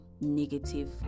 negative